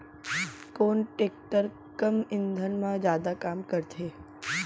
कोन टेकटर कम ईंधन मा जादा काम करथे?